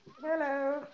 Hello